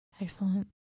excellent